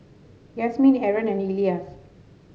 Yasmin Aaron and Elyas